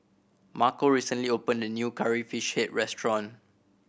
Marco recently opened a new Curry Fish Head restaurant